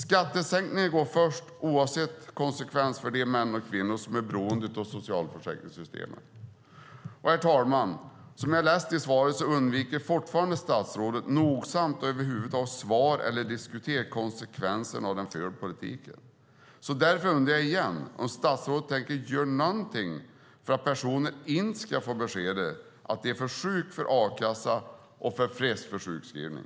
Skattesänkningar går först, oavsett konsekvenser för de män och kvinnor som är beroende av socialförsäkringssystemet. Herr talman! Som jag hörde i svaret undviker statsrådet fortfarande nogsamt att över huvud taget svara eller diskutera konsekvensen av den förda politiken. Därför undrar jag igen om statsrådet inte tänker göra någonting för att personer inte ska få beskedet att de är för sjuka för a-kassa och för friska för sjukskrivning.